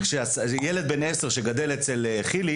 ילד בן עשר, שגדל אצל חילי